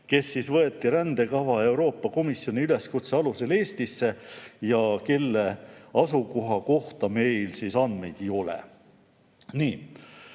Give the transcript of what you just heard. kes võeti rändekava ja Euroopa Komisjoni üleskutse alusel Eestisse ja kelle asukoha kohta meil andmeid ei ole. Tõsi,